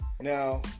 Now